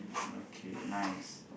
okay nice